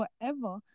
forever